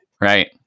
Right